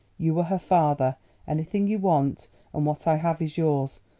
you were her father anything you want and what i have is yours.